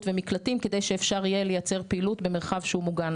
ומקלטים כדי שאפשר יהיה לייצר פעילות במרחב שהוא מוגן.